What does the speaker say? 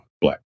black